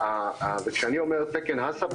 וכשאני אומר תקן Haccp,